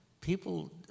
people